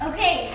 Okay